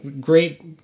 great